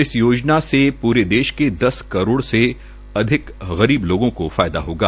इस योजना का पूरे देश के दस करोड़ से अधिक गरीब लोगों को फायदा होगा